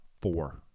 four